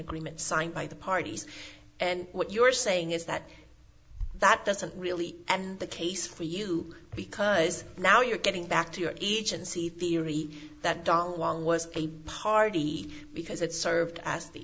agreement signed by the parties and what you're saying is that that doesn't really end the case for you because now you're getting back to your agency theory that dhawan was a party because it served as the